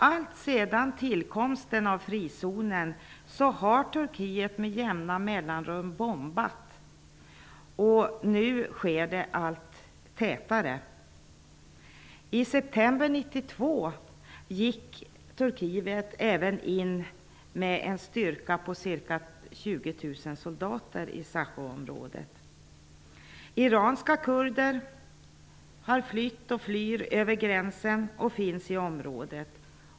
Alltsedan tillkomsten av frizonen har Turkiet med jämna mellanrum utfört bombningar, vilka nu sker allt tätare. I september 1992 gick Turkiet in även i Iranska kurder har flytt och flyr över gränsen. De finns nu i området.